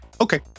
okay